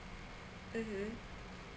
mm